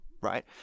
right